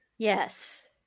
Yes